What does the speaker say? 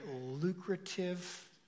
lucrative